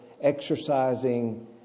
exercising